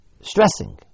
Stressing